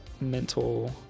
mental